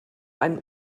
einen